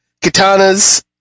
Katanas